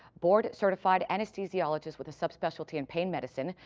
board-certified anesthesiologist with a subspecialty in pain medicine,